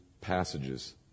passages